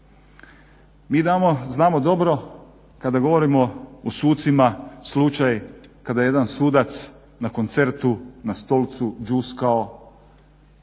Mi znamo dobro kada govorimo o sucima slučaj kada je jedan sudac na koncertu na stolcu đuskao,